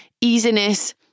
easiness